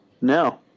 No